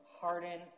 harden